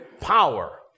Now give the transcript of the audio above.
power